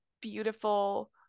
beautiful